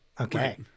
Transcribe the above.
Okay